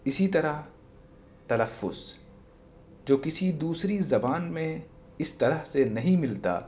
اسی طرح تلفظ جو کسی دوسری زبان میں اس طرح سے نہیں ملتا